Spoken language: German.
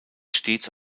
stets